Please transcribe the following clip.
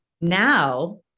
now